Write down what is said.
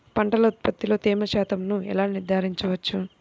పంటల ఉత్పత్తిలో తేమ శాతంను ఎలా నిర్ధారించవచ్చు?